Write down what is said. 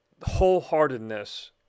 wholeheartedness